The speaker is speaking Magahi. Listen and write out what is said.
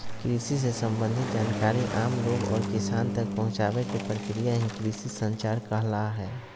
कृषि से सम्बंधित जानकारी आम लोग और किसान तक पहुंचावे के प्रक्रिया ही कृषि संचार कहला हय